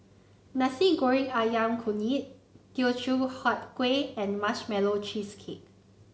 Nasi Goreng ayam Kunyit Teochew Huat Kueh and Marshmallow Cheesecake